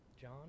John